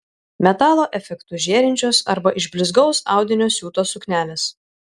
metalo efektu žėrinčios arba iš blizgaus audinio siūtos suknelės